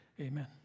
Amen